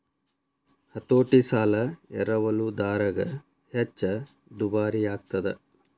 ಹತೋಟಿ ಸಾಲ ಎರವಲುದಾರಗ ಹೆಚ್ಚ ದುಬಾರಿಯಾಗ್ತದ